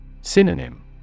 Synonym